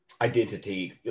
identity